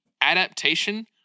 adaptation